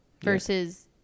versus